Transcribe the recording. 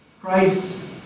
Christ